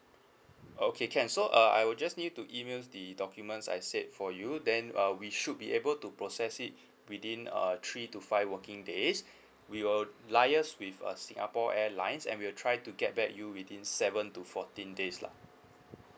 okay can so uh I will just need you to email the documents I said for you then uh we should be able to process it within uh three to five working days we will liaise with uh singapore airlines and we'll try to get back you within seven to fourteen days lah